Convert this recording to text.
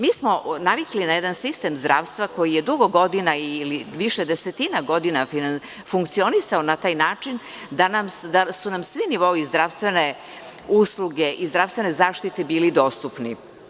Mi smo navikli na jedan sistem zdravstva koji je dugo godina ili više desetina godina funkcionisao na taj način da su nam svi nivoi zdravstvene usluge i zdravstvene zaštite bili dostupni.